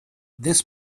this